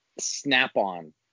Snap-on